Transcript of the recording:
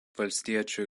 valstiečių